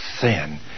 sin